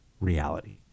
reality